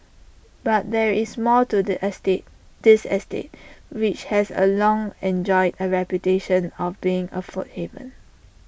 but there is more to the estate this estate which has A long enjoyed A reputation of being A food haven